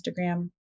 Instagram